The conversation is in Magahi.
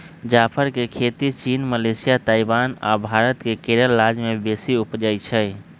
जाफर के खेती चीन, मलेशिया, ताइवान आ भारत मे केरल राज्य में बेशी उपजै छइ